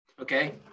okay